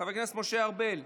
חבר הכנסת משה ארבל,